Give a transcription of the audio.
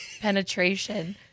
penetration